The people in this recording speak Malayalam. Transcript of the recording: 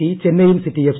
C Chennaiyin City F